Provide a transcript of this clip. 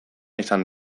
izan